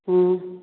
ꯎꯝ